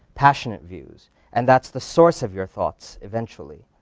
passionate views, and that's the source of your thoughts eventually.